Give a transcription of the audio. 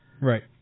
Right